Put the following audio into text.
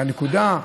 והנקודה,